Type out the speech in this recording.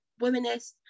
womanist